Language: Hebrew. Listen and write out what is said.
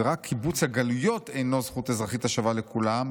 ורק קיבוץ הגלויות אינו זכות אזרחית השווה לכולם,